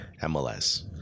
MLS